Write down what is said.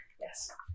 Yes